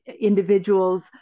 individuals